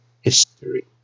history